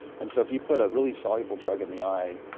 and so if you put a really soluble drug in the eye,